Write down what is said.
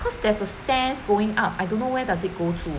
cause there's a stairs going up I don't know where does it go to